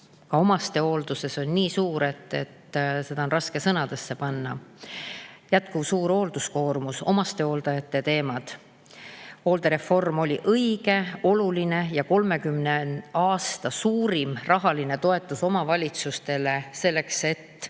omastehoolduses on nii suur, et seda on raske sõnadesse panna. [Probleemiks on] jätkuv suur hoolduskoormus, omastehooldajate teemad. Hooldereform oli õige, oluline ja 30 aasta suurim rahaline toetus omavalitsustele selleks, et